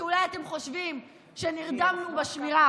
שאולי אתם חושבים שנרדמנו בשמירה,